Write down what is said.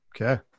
Okay